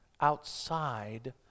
outside